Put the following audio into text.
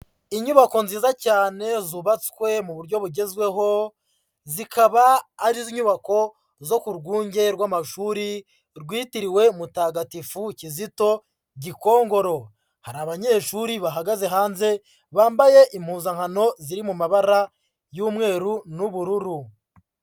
Inyubako nziza cyane zubatswe mu buryo bugezweho, zikaba ari nyubako zo ku rwunge rw'amashuri rwitiriwe Mutagatifu Kizito Gikongoro, hari abanyeshuri bahagaze hanze bambaye impuzankano ziri mu mabara y'umweru n'ubururu.